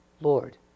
Lord